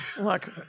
Look